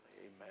Amen